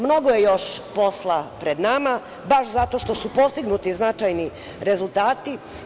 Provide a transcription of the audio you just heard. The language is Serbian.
Mnogo je još posla pred nama, baš zato što su postignuti značajni rezultati.